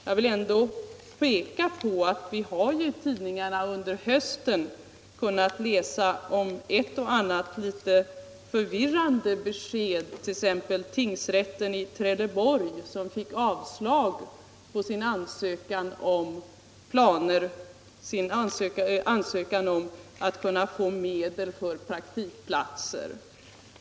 Jag vill ändå peka på att vi har ju i tidningarna under hösten kunnat läsa om ett och annat litet förvirrande besked, t.ex. att tingsrätten i Trelleborg fick avslag på sin ansökan om medel för praktikplatser.